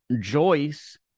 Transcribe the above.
joyce